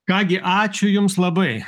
ką gi ačiū jums labai